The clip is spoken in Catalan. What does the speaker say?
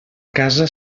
casa